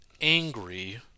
angry